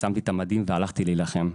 שמתי את המדים והלכתי להילחם.